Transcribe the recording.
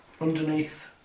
underneath